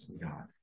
God